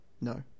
No